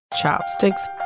chopsticks